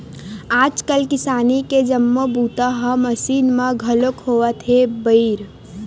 आजकाल किसानी के जम्मो बूता ह मसीन म घलोक होवत हे बइर